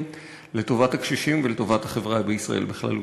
לטובת הקשישים ולטובת החברה בישראל בכללותה.